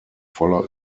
voller